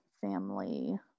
family